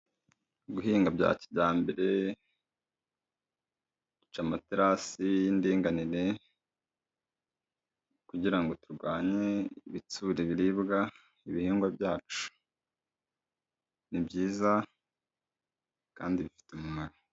Guhinga bya kijyambere, duca amaterasi y'indinganire, kugira ngo turwanye ibitsuri ibiribwa ibihingwa byacu. Ni byiza kandi bifite umumaro.